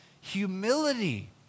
humility